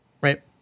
right